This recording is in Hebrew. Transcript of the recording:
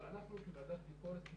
אבל אנחנו כוועדת הביקורת,